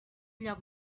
lloc